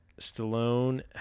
stallone